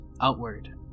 outward